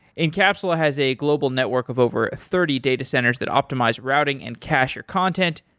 encapsula has a global network of over thirty data centers that optimize routing and cacher content.